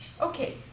Okay